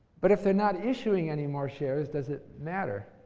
but if they're not issuing any more shares, does it matter?